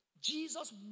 Jesus